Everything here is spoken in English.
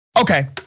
Okay